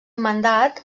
mandat